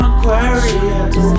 Aquarius